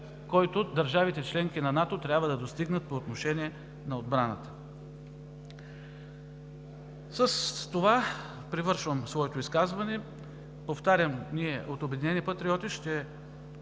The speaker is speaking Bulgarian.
който държавите – членки на НАТО, трябва да достигнат по отношение на отбраната. С това привършвам своето изказване. Повтарям, ние от „Обединени патриоти“ ще